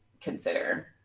consider